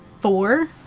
four